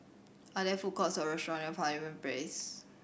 are there food courts or restaurant near Pavilion Place